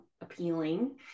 appealing